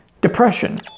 depression